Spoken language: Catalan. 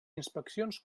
inspeccions